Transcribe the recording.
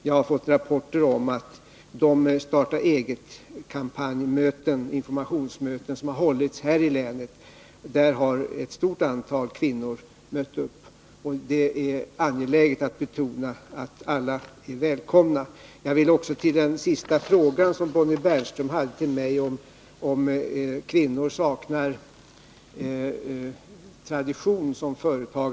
Jag har fått rapporter om att ett stort antal kvinnor har mött upp på de informationsmöten som har hållits här i länet i anslutning till Starta eget-kampanjen. Det är angeläget att betona att alla är välkomna. Bonnie Bernström frågade mig om jag anser att kvinnor saknar tradition som företagare.